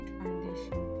foundation